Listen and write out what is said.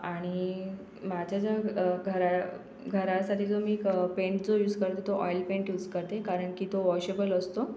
आणि माझ्या जो घरा घरासाठी जो मी कं पेंट जो यूस करते तो ऑइल पेंट यूस करते कारण की तो वॉशेबल असतो